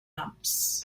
lumps